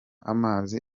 amazi